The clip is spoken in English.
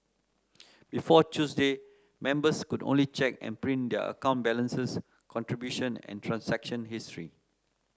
before Tuesday members could only check and print their account balances contribution and transaction history